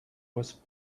was